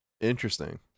interesting